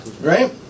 Right